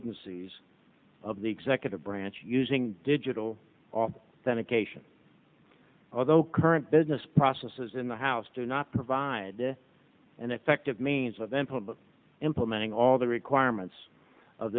agencies of the executive branch using digital all the negations although current business processes in the house do not provide an effective means of employment implementing all the requirements of